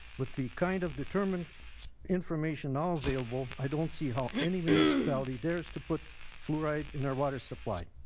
with the kind of determined information now available i don't see how any municipality dares to put fluoride in our water supply.